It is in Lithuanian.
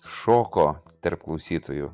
šoko tarp klausytojų